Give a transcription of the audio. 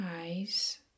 eyes